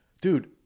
dude